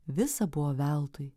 visa buvo veltui